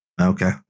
Okay